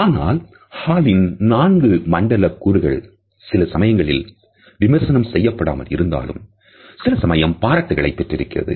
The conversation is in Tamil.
ஆனால் ஹாலின் 4 மண்டல கூறுகள் சில சமயங்களில் விமர்சனம் செய்யப்படாமல் இருந்தாலும் சில சமயம் பாராட்டுதல்களைப் பெற்றிருக்கிறது